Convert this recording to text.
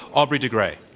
aubrey de grey.